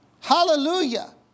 Hallelujah